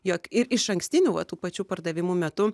jog ir išankstinių va tų pačių pardavimų metu